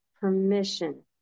permission